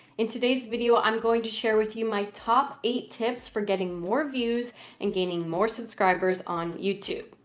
in today's video, i'm going to share with you my top eight tips for getting more views and gaining more subscribers on youtube.